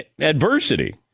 adversity